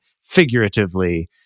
figuratively